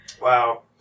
Wow